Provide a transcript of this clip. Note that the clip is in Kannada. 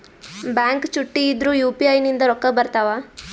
ಬ್ಯಾಂಕ ಚುಟ್ಟಿ ಇದ್ರೂ ಯು.ಪಿ.ಐ ನಿಂದ ರೊಕ್ಕ ಬರ್ತಾವಾ?